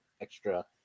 extra